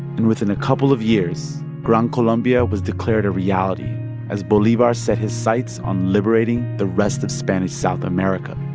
and within a couple of years, gran colombia was declared a reality as bolivar set his sights on liberating the rest of spanish south america.